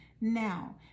now